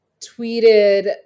tweeted